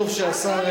כולם יעבדו בשבת.